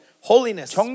holiness